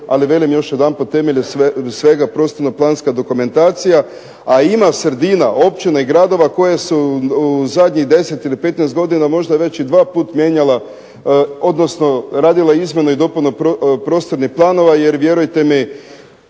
ali velim još jedanput temelj je svega prostorno-planska dokumentacija. A ima sredina, općina i gradova koji su u zadnjih 10 ili 15 godina možda već i 2 puta mijenjali, odnosno radili izmjene i dopune prostornih planova jer vjerujte mi